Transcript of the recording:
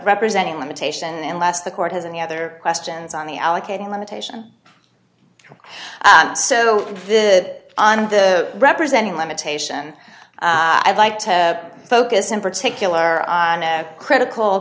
representing limitation and last the court has any other questions on the allocating limitation so the on the representing limitation i'd like to focus in particular on a critical